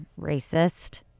racist